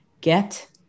Get